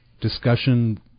discussion